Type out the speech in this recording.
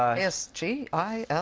i? so g? i?